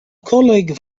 colleague